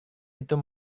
itu